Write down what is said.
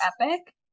epic